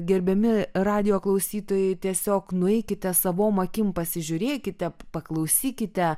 gerbiami radijo klausytojai tiesiog nueikite savom akim pasižiūrėkite paklausykite